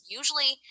usually